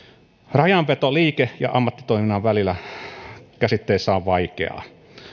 rajanveto liike ja ammattitoiminnan käsitteiden välillä on vaikeaa